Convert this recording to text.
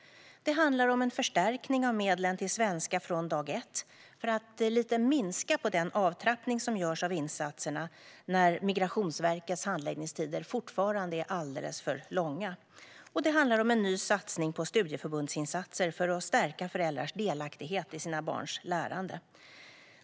Det handlar om en förstärkning av medlen till kursen Svenska från dag ett för att minska lite grann på den avtrappning som görs av insatserna när Migrationsverkets handläggningstider fortfarande är alldeles för långa. Det handlar om en ny satsning på studieförbundsinsatser för att stärka föräldrars delaktighet i sina barns lärande.